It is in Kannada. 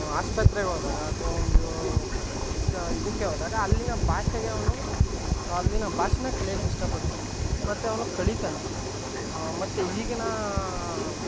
ಆಸ್ಪತ್ರೆಗ್ಹೋದಾಗ ಅಥ್ವಾ ಒಂದು ಷ ಇದಕ್ಕೆ ಹೋದಾಗ ಅಲ್ಲಿಯ ಭಾಷೆಗೆ ಅವನು ಅಲ್ಲಿಯ ಭಾಷೆನೇ ಕಲಿಯಕ್ಕೆ ಇಷ್ಟಪಡ್ತಾನೆ ಮತ್ತು ಅವನು ಕಲಿತಾನೆ ಮತ್ತು ಈಗಿನ